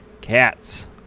cats